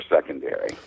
secondary